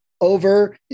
over